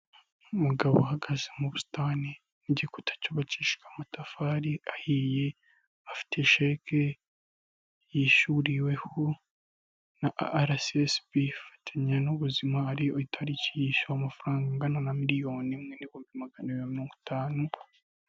Umugabo uhagaze mu busitani, n'igikuta cyubakishwa amatafari ahiye, afite sheke yishyuriweho na arasesibi ifatanya n'ubuzima ari itariki yishyuwe amafaranga angana na miliyoni imwe n'ibihumbi magana abiri na mirongo itanu.